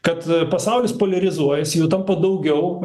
kad pasaulis poliarizuojasi tampa daugiau